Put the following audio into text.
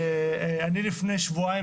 לפני שבועיים